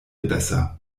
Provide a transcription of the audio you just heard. besser